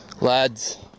Lads